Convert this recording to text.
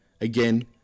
again